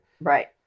Right